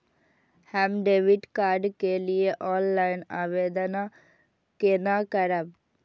हम debit card के लिए ऑनलाइन आवेदन केना करब?